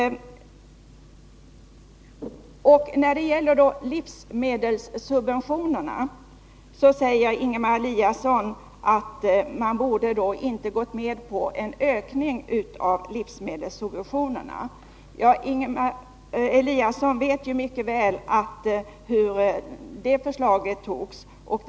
När det gäller livsmedelssubventionerna säger Ingemar Eliasson att man inte borde ha gått med på en ökning av dem. Ingemar Eliasson vet mycket väl hur det beslutet fattades.